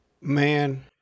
Man